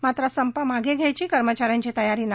मात्र संप मागे घ्यायची कर्मचा यांची तयारी नाही